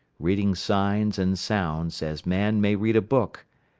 reading signs and sounds as man may read a book,